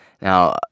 Now